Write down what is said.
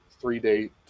three-day